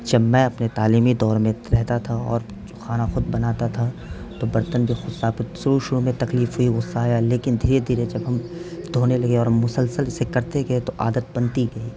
جب میں اپنے تعلیمی دور میں رہتا تھا اور کھانا خود بناتا تھا تو برتن بھی خود شروع شروع میں تکلیف ہوئی غصہ آیا لیکن دھیرے دھیرے جب ہم دھونے لگے اور مسلسل اسے کرتے گئے تو عادت بنتی گئی